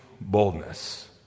boldness